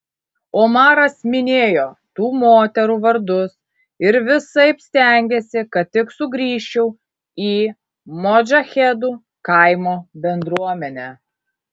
omaras minėjo tų moterų vardus ir visaip stengėsi kad tik sugrįžčiau į modžahedų kaimo bendruomenę